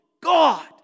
God